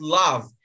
love